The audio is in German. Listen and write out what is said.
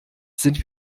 sind